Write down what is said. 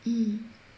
mm